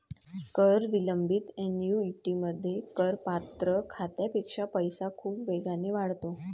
कर विलंबित ऍन्युइटीमध्ये, करपात्र खात्यापेक्षा पैसा खूप वेगाने वाढतो